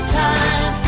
time